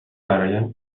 برایم